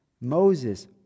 Moses